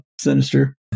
Sinister